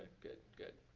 good good.